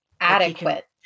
adequate